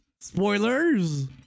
Spoilers